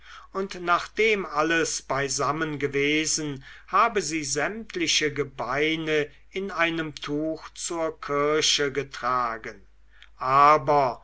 und nachdem alles beisammen gewesen habe sie sämtliche gebeine in einem tuch zur kirche getragen aber